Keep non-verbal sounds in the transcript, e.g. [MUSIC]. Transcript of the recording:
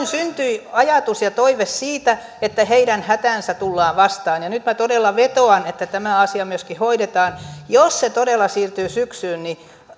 [UNINTELLIGIBLE] syntyi ajatus ja toive siitä että heidän hätäänsä tullaan vastaan ja nyt minä todella vetoan että tämä asia myöskin hoidetaan jos se todella siirtyy syksyyn niin